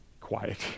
quiet